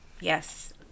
Yes